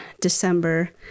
december